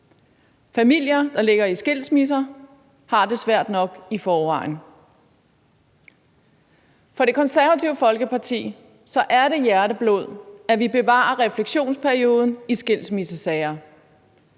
Familier, der ligger i skilsmisse, har det svært nok i forvejen. For Det Konservative Folkeparti er det hjerteblod, at vi bevarer refleksionsperioden i skilsmissesager.